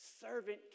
Servant